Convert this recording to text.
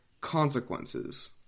consequences